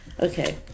Okay